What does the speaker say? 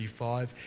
35